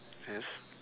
yes